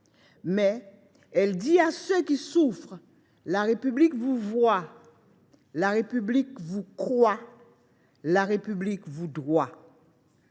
Mais elle dit à ceux qui souffrent : la République vous voit, la République vous croit, la République vous doit !